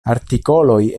artikoloj